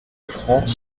francs